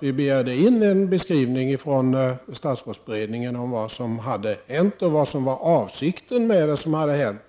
Vi begärde in en beskrivning från statsrådsberedningen om vad som hade hänt och vad som var avsikten med det som hade hänt.